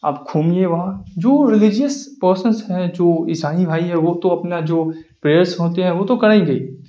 آپ گھومیے وہاں جو ریلیجیس پرسنس ہیں جو عیسائی بھائی ہیں وہ تو اپنا جو پریئرس ہوتے ہیں وہ تو کریں گے